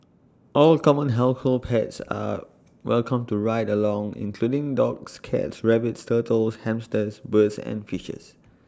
all common household pets are welcome to ride along including dogs cats rabbits turtles hamsters birds and fishes